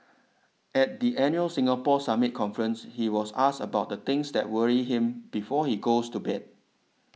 at the annual Singapore Summit conference he was asked about the things that worry him before he goes to bed